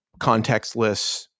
contextless